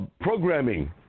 programming